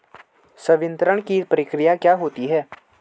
संवितरण की प्रक्रिया क्या होती है?